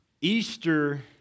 Easter